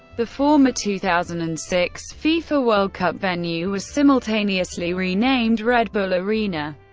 the former two thousand and six fifa world cup venue was simultaneously renamed red bull arena.